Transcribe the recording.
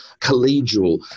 collegial